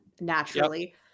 naturally